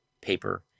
paper